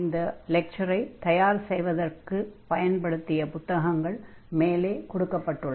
இந்த லெக்சரை தயார் செய்வதற்காகப் பயன்படுத்திய புத்தகங்கள் மேலே அளிக்கப்பட்டுள்ளன